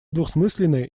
двусмысленные